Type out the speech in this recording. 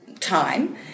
Time